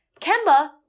Kemba